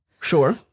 Sure